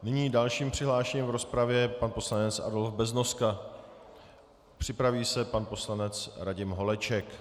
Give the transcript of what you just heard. Nyní dalším přihlášeným v rozpravě je pan poslanec Adolf Beznoska, připraví se pan poslanec Radim Holeček.